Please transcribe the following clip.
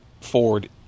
Ford